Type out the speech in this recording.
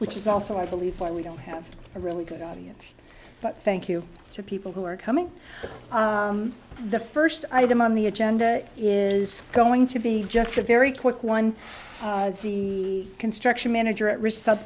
which is also i believe four we don't have a really good audience but thank you to people who are coming the first item on the agenda is going to be just a very quick one the construction manager at rece